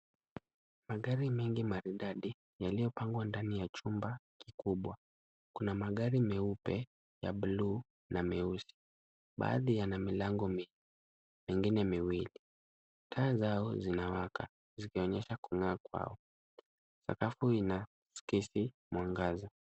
Magari mengi maridadi yaliyopangwa ndani ya chumba kikubwa. Kuna magari meupe, ya buluu na meusi. Baadhi yana milango minne mengine miwili. Taa zao zinawaka zikionyesha kung'aa kwao. Sakafu inasikesi mwangaza.